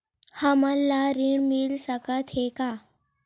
हमन ला ऋण मिल सकत हे का?